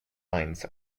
mines